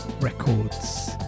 records